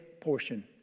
portion